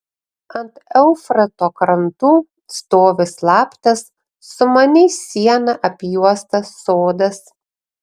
ant eufrato krantų stovi slaptas sumaniai siena apjuostas sodas